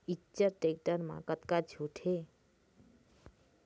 Eicher tractor म कतका छूट हे?